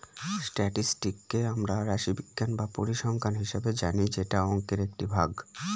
স্ট্যাটিসটিককে আমরা রাশিবিজ্ঞান বা পরিসংখ্যান হিসাবে জানি যেটা অংকের একটি ভাগ